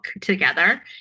together